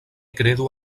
kredu